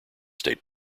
state